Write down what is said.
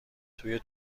توی